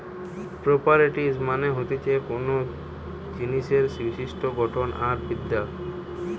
properties মানে হতিছে কোনো জিনিসের বিশিষ্ট গঠন আর বিদ্যা